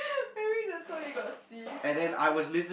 maybe that's why you got C